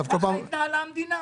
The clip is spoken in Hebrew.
ככה התנהלה המדינה.